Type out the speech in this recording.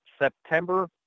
September